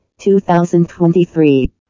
2023